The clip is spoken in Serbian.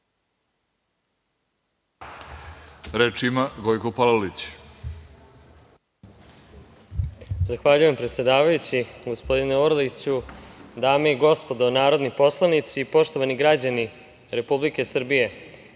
Reč ima Gojko Palalić.